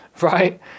right